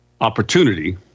opportunity